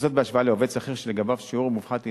וזאת בהשוואה לעובד שכיר שלגביו שיעור מופחת הוא